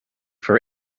for